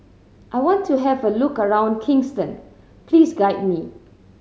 I want to have a look around Kingston please guide me